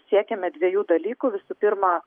siekiame dviejų dalykų visų pirma